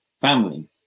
family